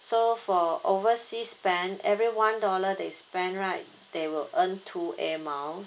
so for overseas spend every one dollar they spend right they will earn two air miles